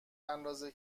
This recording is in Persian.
اندازه